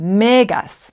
megas